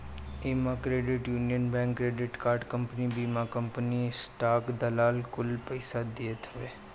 इमे credit union bank, credit card company, बीमा company, stock दलाल कुल पइसा देत हवे